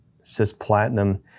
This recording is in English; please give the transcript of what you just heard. cisplatinum